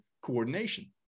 coordination